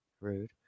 Rude